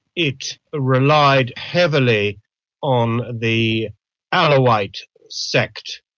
it ah relied heavily on the alawite sect,